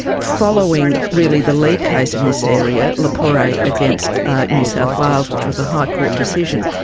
following really the lead case in this area, lepore against new south wales, which was a high court decision,